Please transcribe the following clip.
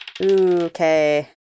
Okay